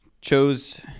Chose